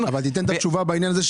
אבל תיתן את התשובה בעניין הזה,